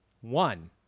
One